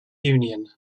union